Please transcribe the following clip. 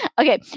Okay